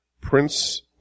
Prince